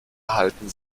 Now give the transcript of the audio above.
erhalten